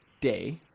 day